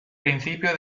principio